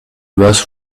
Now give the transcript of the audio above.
boss